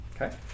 Okay